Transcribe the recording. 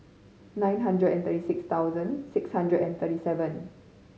nine hundred and thirty six thousand six hundred and thirty seven